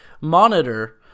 monitor